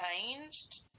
changed